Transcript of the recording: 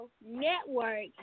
Network